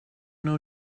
know